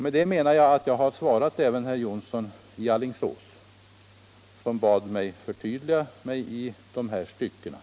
Med detta menar jag att jag har svarat även herr Jonsson i Alingsås, som bad mig att förtydliga mig i dessa stycken.